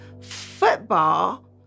football